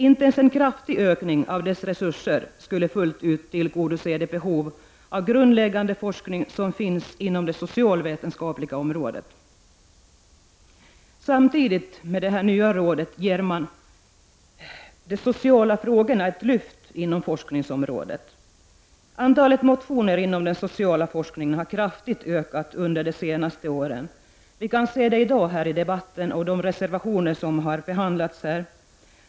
Inte ens en kraftig ökning av dess resurser skulle fullt ut tillgodose de behov av grundläggande forskning som finns inom det socialvetenskapliga området. Samtidigt ger man de sociala frågorna ett lyft inom forskningsområdet. Antalet motioner inom den sociala forskningen har kraftigt ökat under de senaste åren. Detta kan man se i dag i debatten och i de reservationer som finns här.